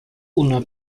una